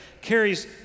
carries